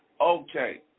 okay